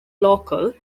local